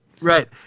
Right